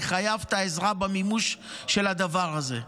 אני חייב את העזרה במימוש של הדבר הזה.